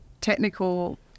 technical